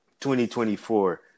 2024